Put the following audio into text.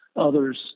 others